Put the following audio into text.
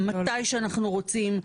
אנחנו רוצים להיות מתי שאנחנו רוצים,